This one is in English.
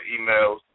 emails